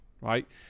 Right